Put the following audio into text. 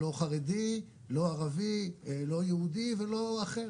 לא חרדי לא ערבי לא יהודי ולא אחר.